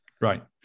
Right